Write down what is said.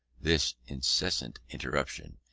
this incessant interruption,